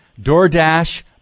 DoorDash